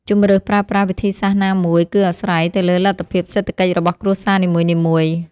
ជម្រើសប្រើប្រាស់វិធីសាស្ត្រណាមួយ គឺអាស្រ័យទៅលើលទ្ធភាពសេដ្ឋកិច្ចរបស់គ្រួសារនីមួយៗ។